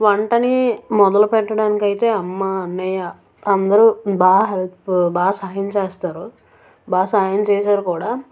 వంటని మొదలుపెట్టడానికయితే అమ్మ అన్నయ్య అందరు బాగా హెల్ప్ బాగా సహాయం చేస్తారు బాగా సహాయం చేసారు కూడా